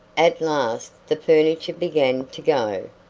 at last the furniture began to go,